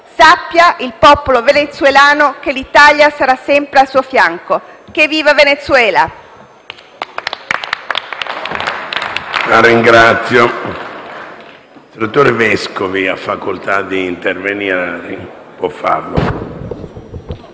Sappia, il popolo venezuelano che l'Italia sarà sempre al suo fianco. *Que viva* *Venezuela!*